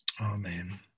amen